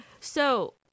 So-